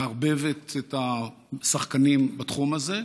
מערבבת את השחקנים בתחום הזה,